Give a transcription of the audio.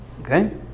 Okay